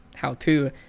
how-to